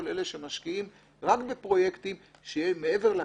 כל אלה שמשקיעים רק בפרויקטים שהם מעבר לכיס,